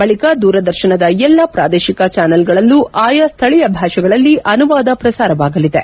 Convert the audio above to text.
ಬಳಿಕ ದೂರದರ್ಶನದ ಎಲ್ಲಾ ಪ್ರಾದೇಶಿಕ ಚಾನಲ್ಗಳಲ್ಲೂ ಆಯಾ ಸ್ವಳೀಯ ಭಾಷೆಗಳಲ್ಲಿ ಅನುವಾದ ಪ್ರಸಾರವಾಗಲಿದೆ